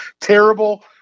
terrible